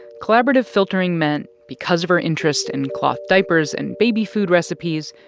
collaborative filtering meant because of her interest in cloth diapers and baby food recipes,